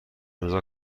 امضا